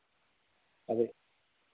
అది